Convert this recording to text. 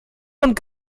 und